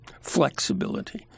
flexibility